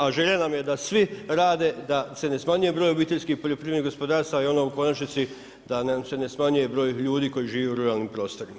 A želja nam je da svi rade, da se ne smanjuje broj obiteljskih poljoprivrednih gospodarstava i ona u konačnici da nam se ne smanjuje broj ljudi koji žive u ruralnim prostorima.